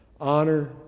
honor